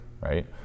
right